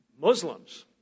Muslims